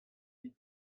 dit